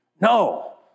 No